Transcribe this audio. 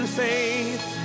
faith